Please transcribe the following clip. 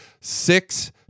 six